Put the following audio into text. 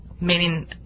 meaning